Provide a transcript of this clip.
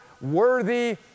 worthy